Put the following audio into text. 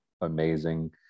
amazing